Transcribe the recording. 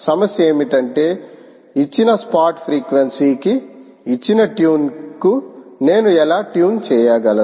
సమస్య ఏమిటంటే ఇచ్చిన స్పాట్ ఫ్రీక్వెన్సీ కి ఇచ్చిన ట్యూన్కు నేను ఎలా ట్యూన్ చేయగలను